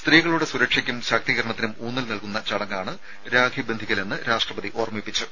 സ്ത്രീകളുടെ സുരക്ഷയ്ക്കും ശാക്തീകരണത്തിനും ഉൌന്നൽ നൽകുന്ന ചടങ്ങാണ് രാഖി ബന്ധിക്കൽ എന്നും രാഷ്ട്രപതി ഓർമ്മിപ്പിച്ചു